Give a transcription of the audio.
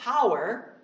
power